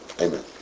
Amen